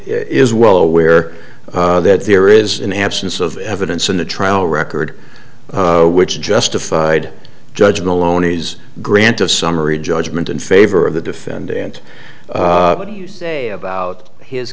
is well aware that there is an absence of evidence in the trial record which justified judgment alone is grant of summary judgment in favor of the defendant would you say about his